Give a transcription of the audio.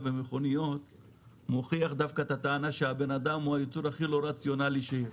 במכוניות מוכיח את הטענה שבן אדם הוא הייצור הכי לא רציונלי שיש.